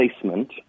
placement